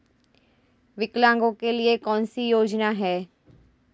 विकलांगों के लिए कौन कौनसी योजना है?